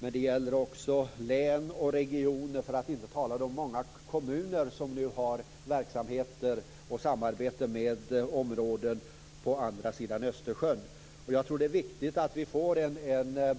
Men det gäller också län och regioner, för att inte tala om de många kommuner som nu har verksamheter och samarbete med områden på andra sidan Östersjön. Jag tror att det är viktigt att vi får en